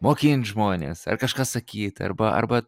mokint žmones ar kažką sakyt arba arba